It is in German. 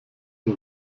der